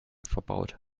verbaut